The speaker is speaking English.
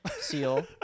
seal